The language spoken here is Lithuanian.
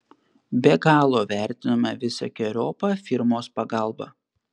be galo vertiname visokeriopą firmos pagalbą